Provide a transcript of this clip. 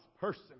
person